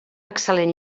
excel·lent